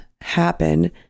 happen